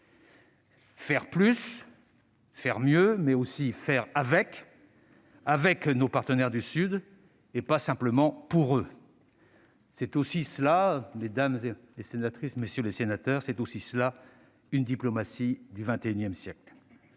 Faire plus, faire mieux, mais aussi faire avec : avec nos partenaires du Sud, et pas simplement pour eux. C'est aussi cela, mesdames les sénatrices, messieurs les sénateurs, une diplomatie du XXI siècle.